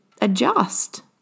adjust